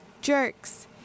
jerks